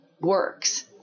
works